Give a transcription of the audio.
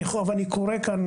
אני קורא כאן,